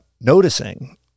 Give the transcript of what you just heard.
noticing